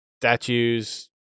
statues